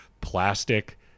plastic